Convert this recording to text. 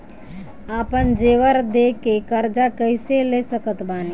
आपन जेवर दे के कर्जा कइसे ले सकत बानी?